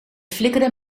flikkerde